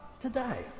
today